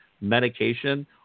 medication